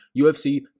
UFC